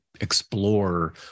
explore